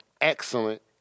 excellent